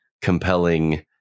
compelling